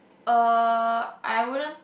uh I wouldn't